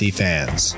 fans